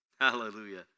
hallelujah